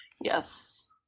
Yes